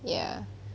ya